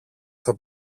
στο